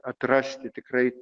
atrasti tikrai